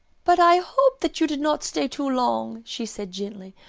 but i hope that you did not stay too long, she said gently,